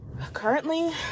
Currently